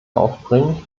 aufbringen